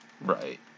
Right